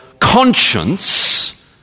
conscience